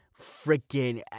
freaking